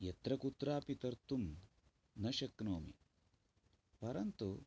यत्र कुत्रापि तर्तुं न शक्नोमि परन्तु